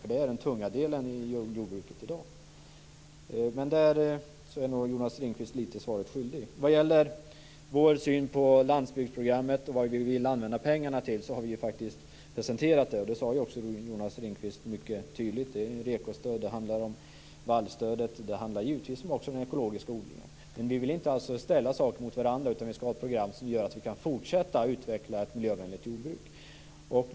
Det är nämligen den tunga delen för jordbruket i dag. Där är nog Jonas Ringqvist lite grann svaret skyldig. När det sedan gäller vår syn på landsbygdsprogrammet och vad vi vill använda pengarna till har vi faktiskt presenterat det. Jonas Ringqvist sade också detta mycket tydligt. Det handlar om REKO-stödet, det handlar om vallstödet och givetvis också om den ekologiska odlingen. Men vi vill inte ställa saker mot varandra, utan vi ska ha ett program som gör att vi kan fortsätta utveckla ett miljövänligt jordbruk.